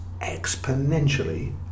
exponentially